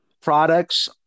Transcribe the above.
products